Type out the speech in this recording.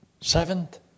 Seventh